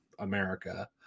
america